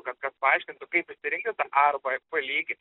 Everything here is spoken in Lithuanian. kad kas paaiškintų kaip išsirinkti a arba b lygį